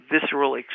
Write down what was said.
visceral